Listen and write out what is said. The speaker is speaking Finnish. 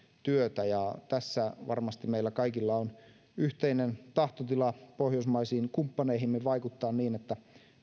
työtä ja tässä varmasti meillä kaikilla on yhteinen tahtotila vaikuttaa pohjoismaisiin kumppaneihimme niin että